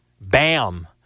Bam